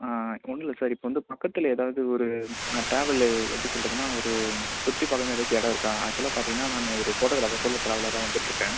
ஒன்றும் இல்லை சார் இப்போ வந்து பக்கத்தில் ஏதாவது ஒரு ட்ராவல் எப்படி சொல்கிறதுன்னா ஒரு சுற்றி பார்க்குற மாரி ஏதாச்சும் இடம் இருக்கா ஆக்சுவலாக பார்த்தீங்கன்னா நான் ஒரு ஃபோட்டோகிராஃபர் இப்போ வந்து ட்ராவலராக வந்துட்டுருக்கேன்